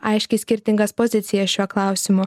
aiškiai skirtingas pozicijas šiuo klausimu